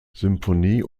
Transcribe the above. symphonie